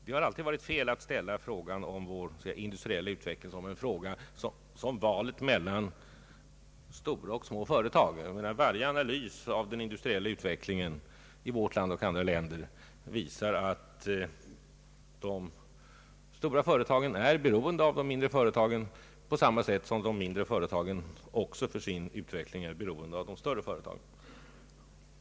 Det har alltid varit fel att ställa frågan om vår industriella utveckling så som om det gällde ett val mellan stora och små företag. Varje analys av den industriella utvecklingen i vårt land och i andra länder visar att de stora företagen är beroende av de mindre företagen liksom de mindre företagen också för sin utveckling är beroende av de större.